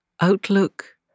outlook